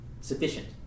sufficient